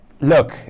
Look